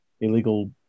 illegal